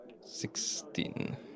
Sixteen